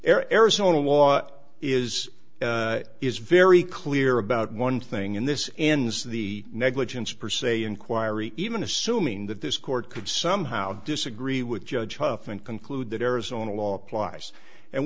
arizona law is is very clear about one thing in this ends the negligence perceval inquiry even assuming that this court could somehow disagree with judge huff and conclude that arizona law applies and